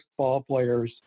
ballplayers